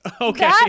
Okay